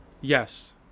Yes